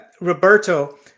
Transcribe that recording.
Roberto